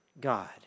God